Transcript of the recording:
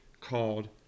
called